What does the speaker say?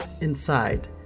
inside